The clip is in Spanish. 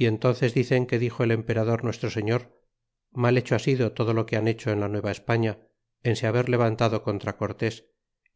y entnces dicen que dixo el emperador nuestro señor mal hecho ha sido todo lo que han hecho en la nueva españa en se haber levantado contra cortés